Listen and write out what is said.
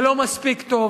זה לא מספיק טוב.